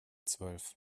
zwölf